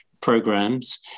programs